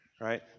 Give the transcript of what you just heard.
Right